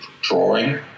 drawing